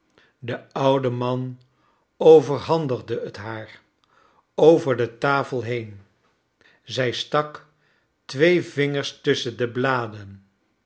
e oude man overhandigde b haar over de tafel heen zij stak twee vingers tusschen de bladen